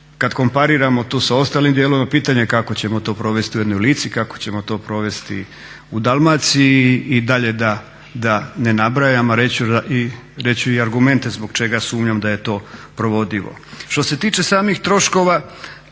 kad kompariramo tu sa ostalim dijelovima pitanje je kako ćemo to provesti u jednoj Lici, kako ćemo to provesti u Dalmaciji i dalje da ne nabrajam. Reći ću i argumente zbog čega sumnjam da je to provodivo. Što se tiče samih troškova